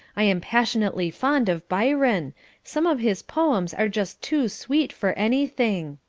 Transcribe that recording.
i am passionately fond of byron some of his poems are just too sweet for anything.